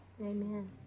Amen